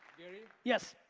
gary. yes.